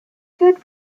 good